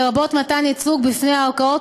לרבות מתן ייצוג בפני ערכאות,